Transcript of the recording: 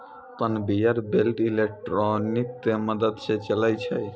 conveyor belt electric के मदद स चलै छै